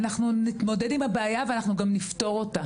אנחנו נתמודד עם הבעיה ואנחנו גם נפתור אותה